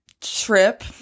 trip